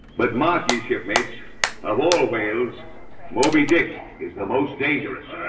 but maki shipmates of all whales moby dick is the most dangerous